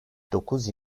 dokuz